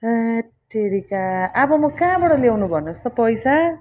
हैत्तेरिका अब म कहाँबाट ल्याउनु भन्नुहोस् त पैसा